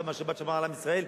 כמה השבת שמרה על עם ישראל.